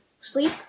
sleep